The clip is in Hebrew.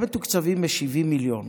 הם מתוקצבים ב-70 מיליון,